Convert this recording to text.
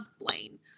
Blaine